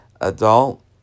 adult